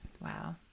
Wow